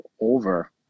over